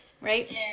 right